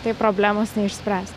tai problemos neišspręs